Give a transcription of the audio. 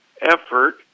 effort